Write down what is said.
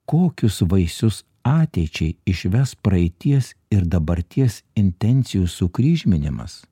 kokius vaisius ateičiai išves praeities ir dabarties intencijų sukryžminimas